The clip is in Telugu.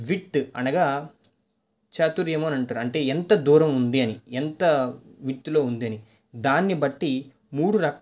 విడ్తు అనగా చాతుర్యము అని అంటారు అంటే ఎంత దూరము ఉంది అని ఎంత విడ్తులో ఉంది అని దాన్నిబట్టి మూడు రకా